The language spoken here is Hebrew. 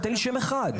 תן לי שם אחד.